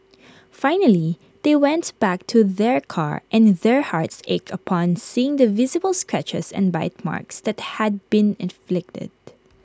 finally they went back to their car and their hearts ached upon seeing the visible scratches and bite marks that had been inflicted